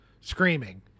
screaming